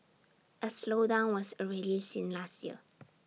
A slowdown was already seen last year